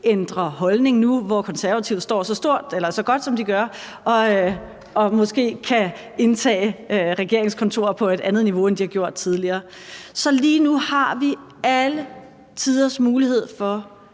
ændrer holdning nu, hvor Konservative står så godt, som de gør, og måske kan indtage regeringskontorer på et andet niveau, end de har gjort i noget tid. Så lige nu har vi alle tiders mulighed for